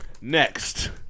Next